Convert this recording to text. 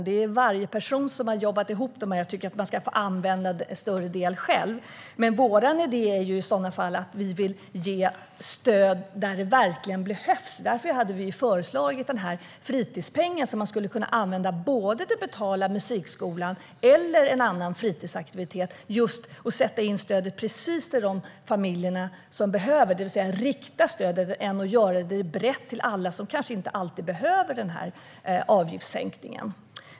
Det är varje person som har jobbat ihop dem, och jag tycker att man ska få använda en större del själv. Vår idé är i så fall att vi vill ge stöd där det verkligen behövs. Därför hade vi föreslagit den fritidspeng som man skulle kunna använda såväl till att betala musikskolan som till att betala en annan fritidsaktivitet. Det handlar om att sätta in stödet just till de familjer som behöver det. Det är bättre att rikta stödet än att ge det brett till alla, som kanske inte alltid behöver denna avgiftssänkning.